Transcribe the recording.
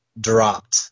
dropped